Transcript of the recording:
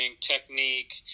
technique